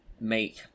make